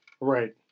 Right